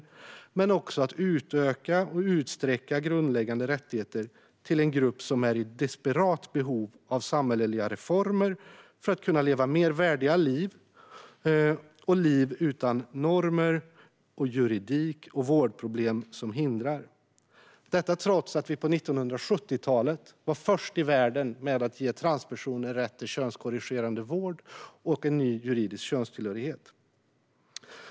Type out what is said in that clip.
Även när det gäller att utsträcka och utöka grundläggande rättigheter till en grupp som är i desperat behov av samhälleliga reformer för att kunna leva mer värdiga liv utan normer, juridik och vårdproblem som hindrar sackar vi efter, detta trots att vi på 70-talet var först i världen med att ge transpersoner rätt till könskorrigerande vård och en ny juridisk könstillhörighet.